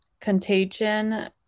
contagion